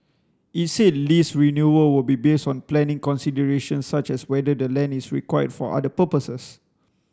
it said lease renewal will be based on planning considerations such as whether the land is required for other purposes